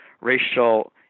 racial